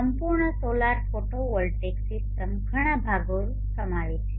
સંપૂર્ણ solar photovoltaic system ઘણા ભાગો સમાવે છે